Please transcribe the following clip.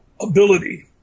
ability